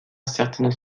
certaines